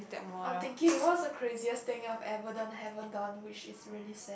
I'm thinking what's the craziest thing I have ever done haven't done which is really sad